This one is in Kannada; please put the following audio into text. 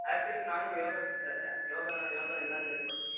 ಆ್ಯಕ್ಚುಲಿ ನಾನು ಯೋಗ ಟೀಚರೇ ಯೋಗ ಯೋಗ ಎಲ್ಲರ್ಗು ಹೇಳ್ಕೊಡ್ತೀನಿ